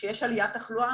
כשיש עליית תחלואה,